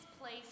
place